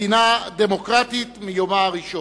מדינה דמוקרטית מיומה הראשון.